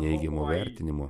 neigiamo vertinimo